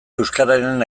euskararen